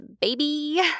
baby